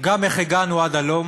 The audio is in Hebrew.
איך הגענו עד הלום,